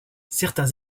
certains